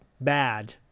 bad